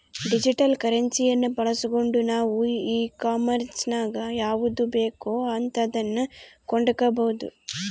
digital ಕರೆನ್ಸಿಯನ್ನ ಬಳಸ್ಗಂಡು ನಾವು ಈ ಕಾಂಮೆರ್ಸಿನಗ ಯಾವುದು ಬೇಕೋ ಅಂತದನ್ನ ಕೊಂಡಕಬೊದು